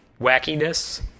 wackiness